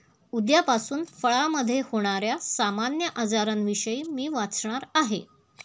उद्यापासून फळामधे होण्याऱ्या सामान्य आजारांविषयी मी वाचणार आहे